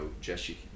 Jesse